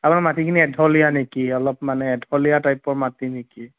আপোনাৰ মাটিখিনি এঢলীয়া নেকি অলপ মানে এঢলীয়া টাইপৰ মাটি নেকি